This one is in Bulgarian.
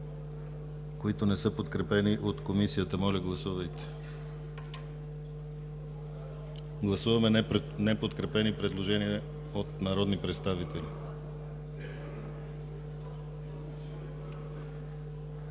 които не са подкрепени от Комисията. Моля, гласувайте. Гласуваме неподкрепени предложения от народни представители.